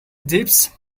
jeeves